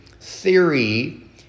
theory